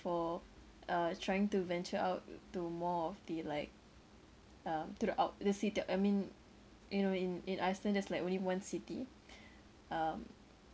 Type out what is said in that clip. for uh trying to venture out e~ to more of the like um to the out the city I mean you know in in Iceland there's like only one city um